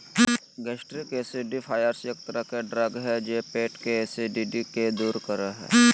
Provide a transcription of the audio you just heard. gastric acidifiers एक तरह के ड्रग हय जे पेट के एसिडिटी के दूर करो हय